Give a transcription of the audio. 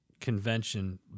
Convention